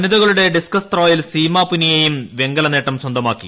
വനിതകളുടെ ഡിസ്കസ് ത്രോയിൽ സീമാ പ്രുനിയയും വെങ്കല നേട്ടം സ്വന്തമാക്കി